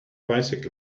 bicycle